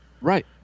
Right